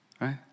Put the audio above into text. right